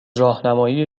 راهنمایی